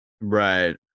Right